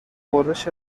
غرش